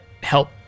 help